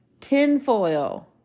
tinfoil